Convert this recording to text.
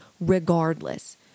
regardless